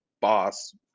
boss